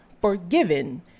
forgiven